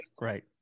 Right